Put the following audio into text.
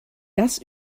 das